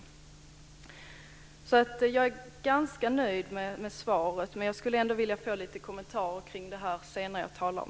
Jag är alltså ganska nöjd med svaret, men jag skulle ändå vilja få lite kommentarer kring det jag nu har talat om.